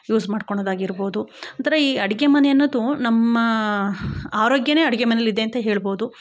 use ಮಾಡ್ಕೊಳೋದು ಆಗಿರಬೋದು ಒಂಥರ ಈ ಅಡುಗೆ ಮನೆ ಅನ್ನೋದು ನಮ್ಮ ಆರೋಗ್ಯವೇ ಅಡುಗೆ ಮನೆಲ್ಲಿ ಇದೆ ಅಂತ ಹೇಳ್ಬೋದು